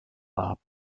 war